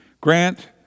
grant